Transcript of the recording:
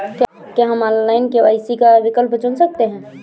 क्या हम online KYC का विकल्प चुन सकते हैं?